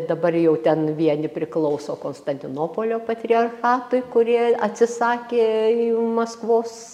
dabar jau ten vieni priklauso konstantinopolio patriarchatui kurie atsisakė maskvos